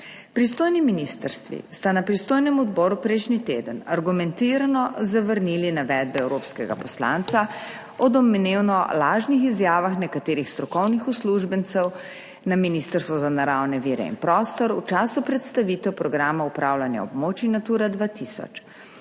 Pristojni ministrstvi sta na pristojnem odboru prejšnji teden argumentirano zavrnili navedbe evropskega poslanca o domnevno lažnih izjavah nekaterih strokovnih uslužbencev na Ministrstvu za naravne vire in prostor v času predstavitve programa upravljanja območij Natura 2000.